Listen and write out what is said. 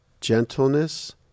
gentleness